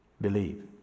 Believe